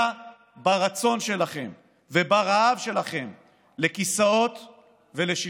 ברצון שלכם וברעב שלכם לכיסאות ולשלטון?